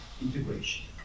integration